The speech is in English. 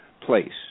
place